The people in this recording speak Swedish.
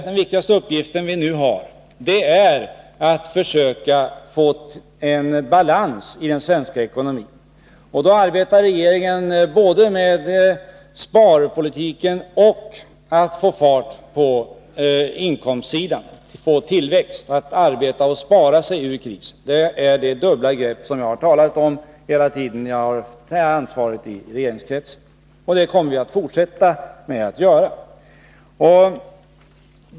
Den viktigaste uppgift vi nu har är att försöka få en balans i den svenska ekonomin, och då arbetar regeringen både med sparmålen och med att få fart på inkomstsidan, få tillväxt, arbeta och spara oss ur krisen. Det är det dubbla grepp som jag har talat om under hela den tid jag har haft ansvaret i regeringen för ekonomin. Jag kommer att fortsätta att tala för detta.